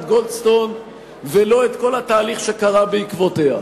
גולדסטון ולא את כל התהליך שקרה בעקבותיה.